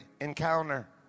encounter